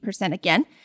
again